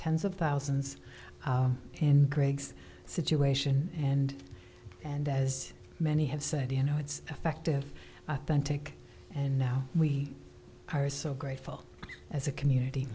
tens of thousands in greg's situation and and as many have said you know it's effective authentic and now we are so grateful as a community